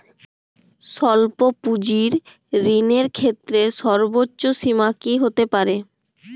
স্বল্প পুঁজির ঋণের ক্ষেত্রে সর্ব্বোচ্চ সীমা কী হতে পারে?